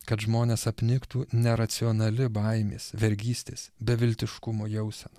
kad žmones apniktų neracionali baimės vergystės beviltiškumo jausena